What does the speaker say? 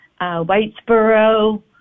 Whitesboro